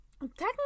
Technically